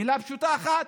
מילה פשוטה אחת: